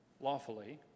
lawfully